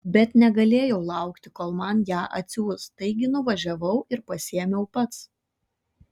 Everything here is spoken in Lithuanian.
bet negalėjau laukti kol man ją atsiųs taigi nuvažiavau ir pasiėmiau pats